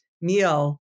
meal